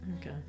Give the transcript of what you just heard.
Okay